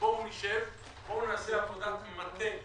בואו נשב, בואו נעשה עבודת מטה מסודרת,